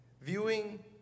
viewing